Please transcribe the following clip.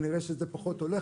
כנראה שזה פחות הולך